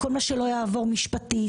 לכל מה שלא יעבור משפטית,